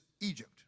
Egypt